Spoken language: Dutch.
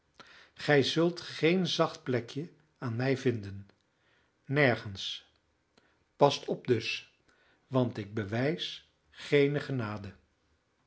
gij zult geen zacht plekje aan mij vinden nergens past op dus want ik bewijs geene genade